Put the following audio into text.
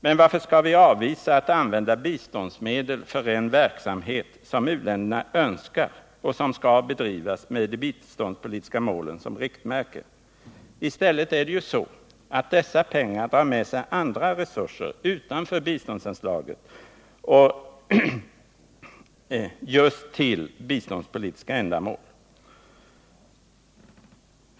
Men varför skall vi avvisa att använda biståndsmedel för en verksamhet, som uländerna önskar och som skall bedrivas med de biståndspolitiska målen som riktmärke? I stället är det ju så att dessa pengar drar med sig andra resurser utanför biståndsanslaget — och just till biståndspolitiska ändamål.